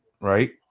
right